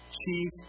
chief